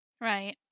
Right